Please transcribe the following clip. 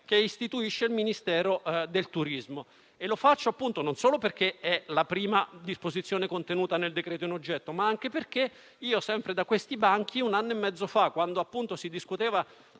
che istituisce il Ministero del turismo. Lo faccio non solo perché è la prima disposizione contenuta nel decreto-legge in esame, ma anche perché, sempre da questi banchi, un anno e mezzo fa, quando si discuteva